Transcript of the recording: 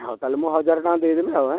ହଉ ତା'ହେଲେ ମୁଁ ହଜାର ଟଙ୍କା ଦେଇ ଦେବି ଆଉ